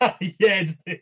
Yes